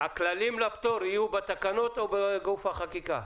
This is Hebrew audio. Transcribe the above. הכללים לפטור יהיו בתקנות או בגוף החקיקה?